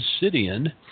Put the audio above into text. obsidian